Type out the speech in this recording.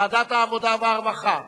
ועדת העבודה והרווחה.